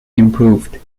improved